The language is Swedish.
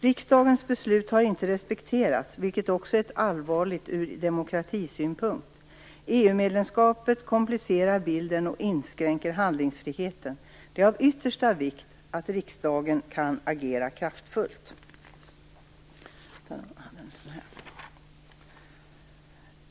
Riksdagens beslut har inte respekterats, vilket också är allvarligt ur demokratisynpunkt. EU-medlemskapet komplicerar bilden och inskränker handlingsfriheten. Det är av yttersta vikt att riksdagen kan agera kraftfullt.